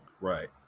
Right